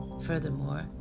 Furthermore